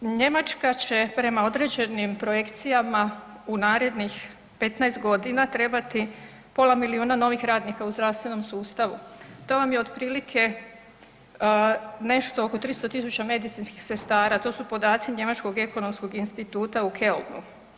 Njemačka će prema određenim projekcijama u narednih 15 g. trebati pola milijuna novih radnika u zdravstvenom sustavu, to vam je otprilike nešto oko 300 000 medicinskih sestara, to su podaci njemačkog ekonomskog instituta u Kölnu.